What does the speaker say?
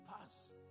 pass